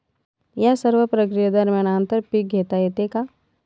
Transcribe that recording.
या सर्व प्रक्रिये दरम्यान आंतर पीक घेता येते का?